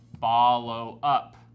follow-up